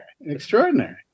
Extraordinary